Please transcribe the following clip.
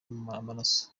amaraso